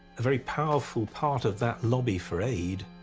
a very powerful part of that lobby for aid,